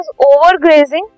overgrazing